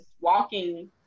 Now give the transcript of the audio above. walking